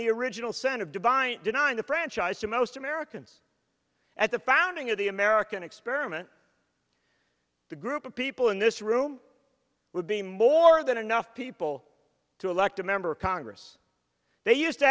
the original scent of divine denying the franchise to most americans at the founding of the american experiment the group of people in this room would be more than enough people to elect a member of congress they used to